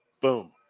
boom